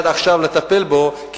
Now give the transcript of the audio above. לטפל בו מייד עכשיו,